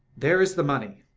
there is the money,